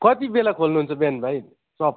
कतिबेला खोल्नुहुन्छ बिहान भाइ सप